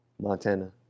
Montana